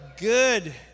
Good